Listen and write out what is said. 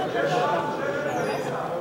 יש רק כותרת ואין צו.